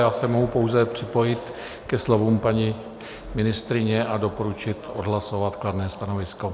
Já se mohu pouze připojit ke slovům paní ministryně a doporučit odhlasovat kladné stanovisko.